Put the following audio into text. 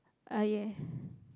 I eh